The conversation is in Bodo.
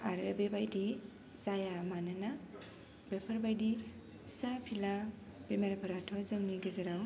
आरो बेबायदि जाया मानोना बेफोरबायदि फिसा फिला बेमारफ्राथ' जोंनि गेजेराव